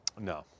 No